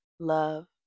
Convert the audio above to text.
love